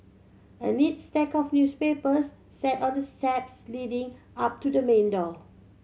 a neat stack of newspapers sat on the steps leading up to the main door